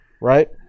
right